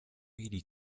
medi